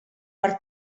per